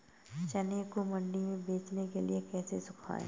चने को मंडी में बेचने के लिए कैसे सुखाएँ?